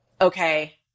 okay